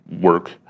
work